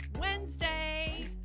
Wednesday